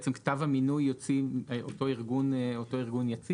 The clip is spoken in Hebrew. את כתב המינוי יוציא אותו ארגון יציג?